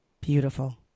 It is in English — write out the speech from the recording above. Beautiful